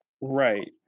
Right